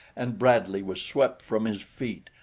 and bradley was swept from his feet,